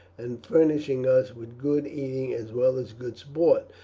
and furnishing us with good eating as well as good sport.